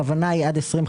הכוונה היא שעד 2050